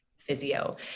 physio